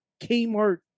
Kmart